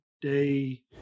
day